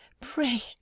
pray